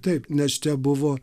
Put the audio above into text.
taip nes čia buvo